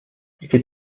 était